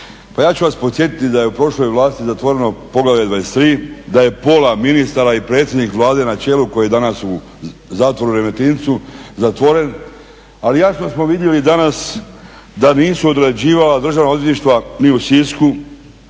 ja ću vas podsjetiti da je u prošloj vlasti zatvoreno poglavlje 23, da je pola ministara i predsjednik Vlade na čelu koji je danas u zatvoru, u Remetincu zatvoren, ali jasno smo vidjeli danas da nisu odrađivala državna odvjetništva ni u Sisku,